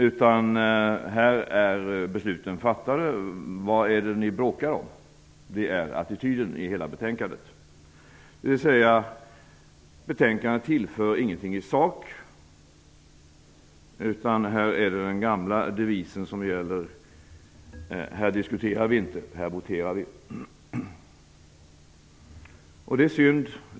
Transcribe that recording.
Attityden i betänkandet är: "Här är besluten fattade. Vad är det ni bråkar om?" Betänkandet tillför inget i sak. Här är det den gamla devisen som gäller: "Här diskuterar vi inte. Här voterar vi." Det är synd.